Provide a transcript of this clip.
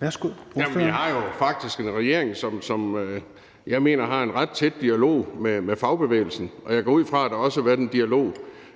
vi har faktisk en regering, som jeg mener har en ret tæt dialog med fagbevægelsen, og jeg går ud fra, at der også har været en dialog